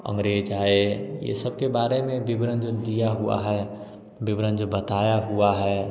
अंग्रेज आए ये सबके बारे में विवरण जो दिया हुआ है विवरण जो बताया हुआ है